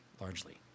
largely